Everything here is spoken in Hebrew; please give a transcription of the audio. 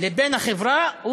לבין החברה,